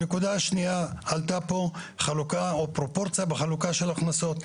הנקודה השנייה עלתה פה חלוקה או פרופורציה בחלוקה של ההכנסות.